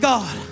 God